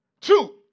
Two